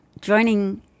joining